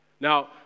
Now